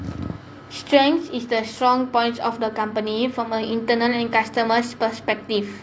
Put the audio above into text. strength is the strong points of the company from an internal and customer's perspective